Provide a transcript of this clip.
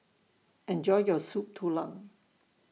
Enjoy your Soup Tulang